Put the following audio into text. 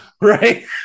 Right